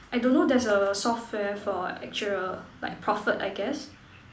I don't know there's a software for actuarial like Prophet I guess